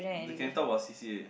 they can talk about c_c_a